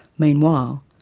meanwhile,